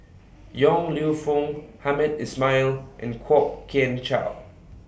Yong Lew Foong Hamed Ismail and Kwok Kian Chow